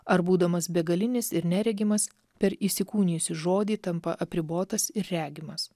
ar būdamas begalinis ir neregimas per įsikūnijusį žodį tampa apribotas ir regimas